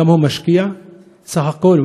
כמה הוא משקיע בסך הכול,